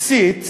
התסיס,